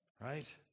right